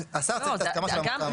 שהשר צריך את ההסכמה של המועצה המאסדרת.